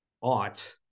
ought